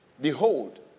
behold